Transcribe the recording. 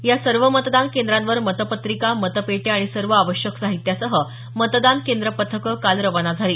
या सर्व मतदान केंद्रांवर मतपत्रिका मतपेट्या आणि सर्व आवश्यक साहित्यासह मतदान केंद्र पथकं काल खाना झाली